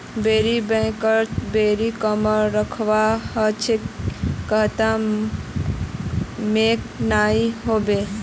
बोरो बैंकत बोरो रकम रखवा ह छेक जहात मोक नइ ह बे